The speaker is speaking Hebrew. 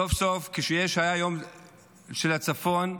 סוף-סוף, כשיש את היום של הצפון,